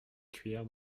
cuillères